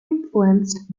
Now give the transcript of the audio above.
influenced